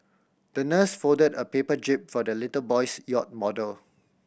the nurse folded a paper jib for the little boy's yacht model